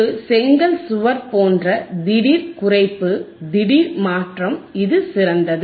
ஒரு செங்கல் சுவர் போன்ற திடீர் குறைப்பு திடீர் மாற்றம் இது சிறந்தது